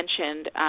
mentioned